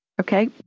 Okay